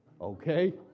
okay